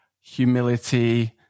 humility